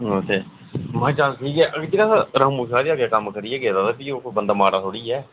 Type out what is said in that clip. ते महां चल ठीक ऐ रामू शा दे अगर कम्म करियै गेदा ते फ्ही ओह् बंदा माड़ा थोह्ड़ी ऐ